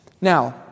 Now